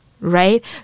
right